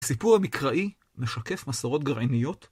סיפור המקראי משקף מסורות גרעיניות.